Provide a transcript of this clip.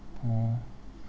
oh